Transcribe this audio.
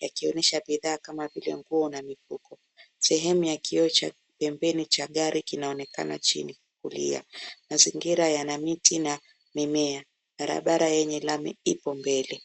yakionyesha bidhaa kama vile nguo na mifuko. Sehemu ya kioo cha pembeni cha gari kinaonekana chini kulia. Mazingira yana miti na mimea. Barabara yenye lami ipo mbele.